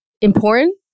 important